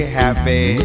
happy